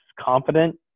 confident